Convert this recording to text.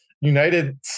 United